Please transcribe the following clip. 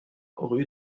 rue